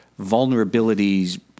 vulnerabilities